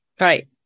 Right